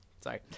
Sorry